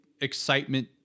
excitement